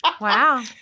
Wow